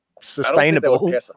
sustainable